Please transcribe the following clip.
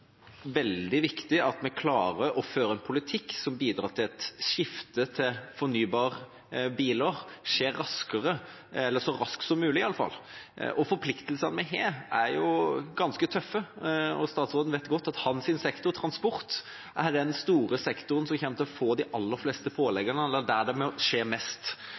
veldig viktig at vi klarer å føre en politikk som bidrar til at skiftet til fornybare biler skjer raskere, eller i alle fall så raskt som mulig. Forpliktelsene vi har, er jo ganske tøffe, og statsråden vet godt at hans sektor, transportsektoren, er den store sektoren som kommer til å få de aller fleste påleggene, eller er den sektoren der det må skje mest.